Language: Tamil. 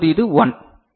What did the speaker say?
இப்போது இது 1